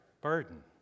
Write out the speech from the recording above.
burden